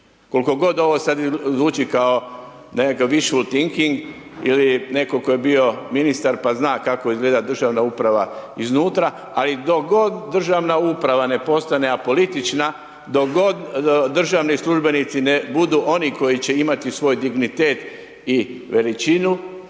Koliko god ovo sad zvuči kao nekakav .../Govornik se ne razumije./... ili netko tko je bio ministar pa zna kako izgleda državna uprava iznutra. A i dok god državna uprava ne postane apolitična, dok god državni službenici ne budu oni koji će imati svoj dignitet i veličinu